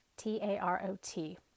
T-A-R-O-T